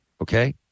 Okay